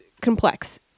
complex